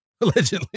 Allegedly